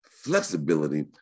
flexibility